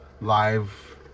live